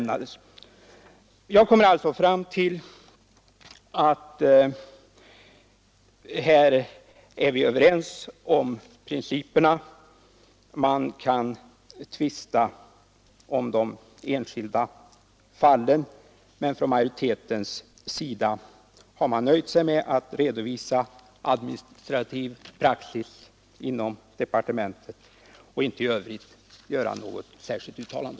Nr 86 Jag kommer alltså fram till att vi här är överens om principerna. Man Tisdagen den kan tvista om de enskilda fallen, men utskottets majoritet har nöjt sig 21 maj 1974 med att redovisa administrativ praxis inom departementen och har inte